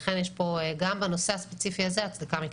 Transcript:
לכן יש גם בנושא הספציפי הזה הצדקה מקצועית.